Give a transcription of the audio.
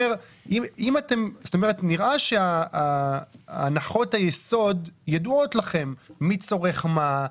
נראה שהנחות היסוד ידועות לכם: מי צורך מה,